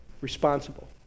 responsible